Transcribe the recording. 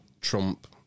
Trump